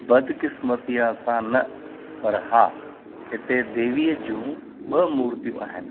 बदक़िस्मतीअ सां न पर हा हिते देवीअ जूं ब॒ मूर्तियूं आहिनि